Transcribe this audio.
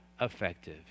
effective